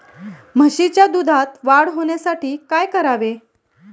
म्हशीच्या दुधात वाढ होण्यासाठी काय करावे?